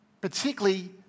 Particularly